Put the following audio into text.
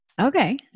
Okay